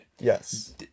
Yes